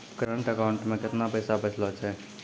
Current account मे केतना पैसा बचलो छै?